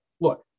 look